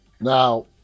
Now